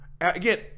Again